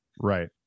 right